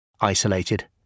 isolated